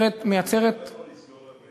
לשורה של